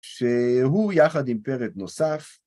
שהוא, יחד עם פרק נוסף,